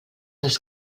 els